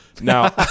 Now